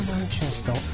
Manchester